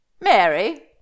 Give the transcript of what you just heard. Mary